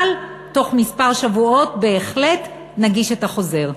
אבל בתוך כמה שבועות נגיש את החוזר.